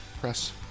Press